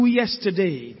yesterday